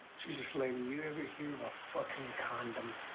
jesus, lady, you ever hear of a fuckin' condom?